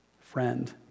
Friend